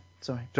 Sorry